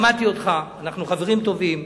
שמעתי אותך, אנחנו חברים טובים,